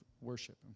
worship